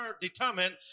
determined